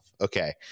okay